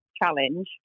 challenge